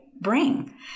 bring